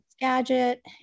gadget